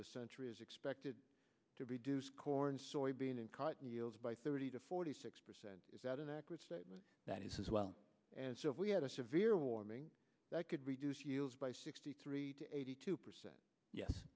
the century is expected to reduce corn soybean and cotton fields by thirty to forty six percent is that an accurate statement that is as well as if we had a severe warming that could reduce us by sixty three to eighty two percent yes